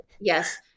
yes